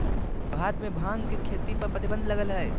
भारत में भांग के खेती पर प्रतिबंध लगल हइ